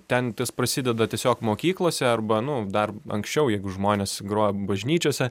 ten tas prasideda tiesiog mokyklose arba nu dar anksčiau jeigu žmonės groja bažnyčiose